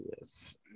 yes